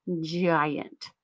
giant